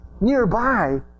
nearby